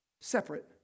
Separate